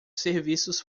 serviços